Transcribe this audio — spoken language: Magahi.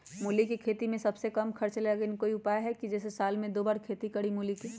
मूली के खेती में सबसे कम खर्च लगेला लेकिन कोई उपाय है कि जेसे साल में दो बार खेती करी मूली के?